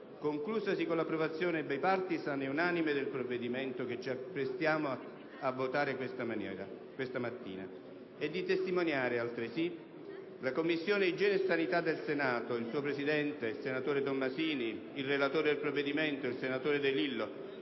conclusosi con l'approvazione *bipartisan* e unamime del provvedimento che ci apprestiamo a votare questa mattina, e di testimoniare altresì che la Commissione igiene e sanità del Senato, il suo presidente, senatore Tomassini, e il relatore al provvedimento, senatore De Lillo,